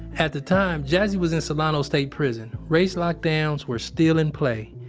at the time, jassy was in solano state prison. race lockdowns were still in play.